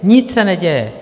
Nic se neděje!